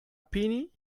penny